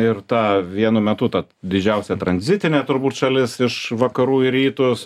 ir tą vienu metu ta didžiausia tranzitinė turbūt šalis iš vakarų į rytus